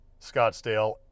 Scottsdale